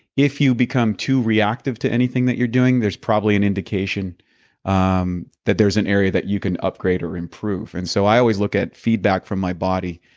if you become too reactive to anything that you're doing, there's probably an indication um that there's an area that you can upgrade or improve and so, i always look at feedback from my body.